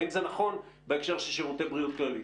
האם זה נכון בהקשר של שירותי בריאות כללית.